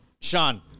Sean